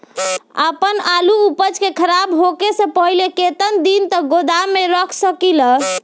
आपन आलू उपज के खराब होखे से पहिले केतन दिन तक गोदाम में रख सकिला?